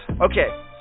Okay